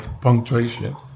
punctuation